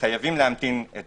וחייבים להמתין את